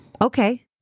Okay